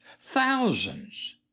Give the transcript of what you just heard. thousands